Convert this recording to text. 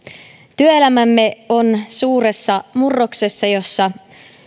työelämämme on suuressa murroksessa jossa